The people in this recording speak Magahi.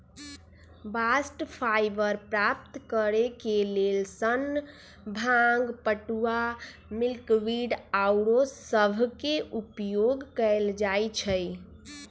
बास्ट फाइबर प्राप्त करेके लेल सन, भांग, पटूआ, मिल्कवीड आउरो सभके उपयोग कएल जाइ छइ